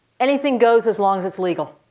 anything goes as long as it's legal.